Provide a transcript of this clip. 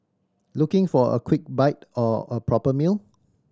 looking for a quick bite or a proper meal